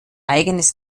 eigenes